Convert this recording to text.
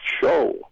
show